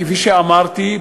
כפי שאמרתי,